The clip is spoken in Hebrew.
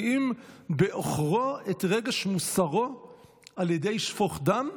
אם בעוכרו את רגש מוסרו על ידי שפך דם,